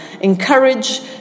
encourage